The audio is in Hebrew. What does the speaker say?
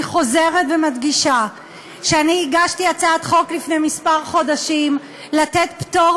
אני חוזרת ומדגישה שאני הגשתי לפני כמה חודשים הצעת חוק למתן פטור